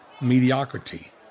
mediocrity